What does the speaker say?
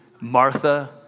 Martha